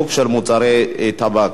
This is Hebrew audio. מזון לבעלי-חיים,